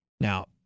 Now